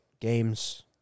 games